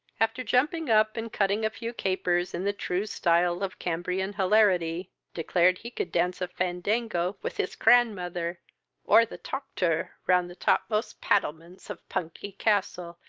after jumping up and cutting a few capers in the true stile of cambrian hilarity, declared he could dance a fandango with his cranmother or the toctor, round the topmost pattlements of pungay castle,